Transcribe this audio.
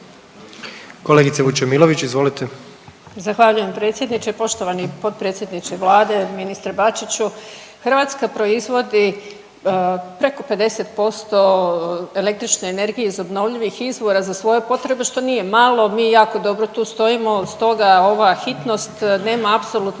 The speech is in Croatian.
(Hrvatski suverenisti)** Zahvaljujem predsjedniče. Poštovani potpredsjedniče Vlade, ministre Bačiću Hrvatska proizvodi preko 50% električne energije iz obnovljivih izvora za svoje potrebe što nije malo. Mi jako dobro tu stojimo stoga ova hitnost nema apsolutno